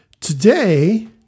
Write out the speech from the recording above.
Today